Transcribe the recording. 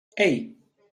hey